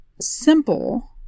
simple